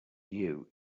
you